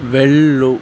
వెళ్ళు